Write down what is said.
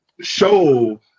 show